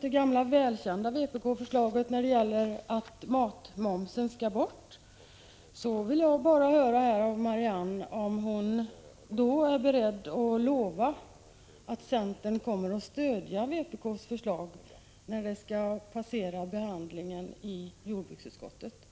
det gamla välkända vpk-förslaget att matmomsen skall bort, vill jag bara höra om hon är beredd att lova att centern kommer att stödja vpk:s förslag när det skall passera behandlingen i jordbruksutskottet.